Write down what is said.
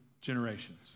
generations